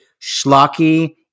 schlocky